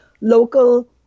local